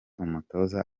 umutoza